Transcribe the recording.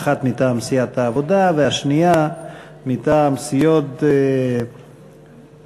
האחת מטעם סיעת העבודה והשנייה מטעם סיעות חד"ש,